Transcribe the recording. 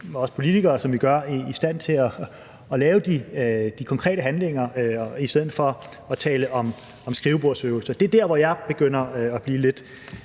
og også vores politikere, som vi gør, i stand til at lave de konkrete handlinger i stedet for at tale om skrivebordsøvelser. Det er der, hvor jeg begynder at blive lidt